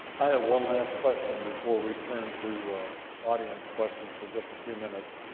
i have one last question, before we turn to audience questions, for just a few minutes,